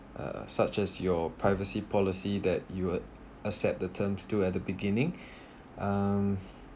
uh such as your privacy policy that you'll accept the terms still at the beginning um